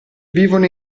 vivono